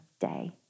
day